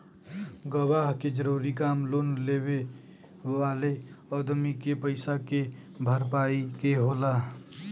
गवाह के जरूरी काम लोन लेवे वाले अदमी के पईसा के भरपाई के होला